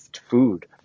food